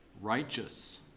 righteous